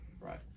Right